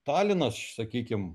talinas sakykim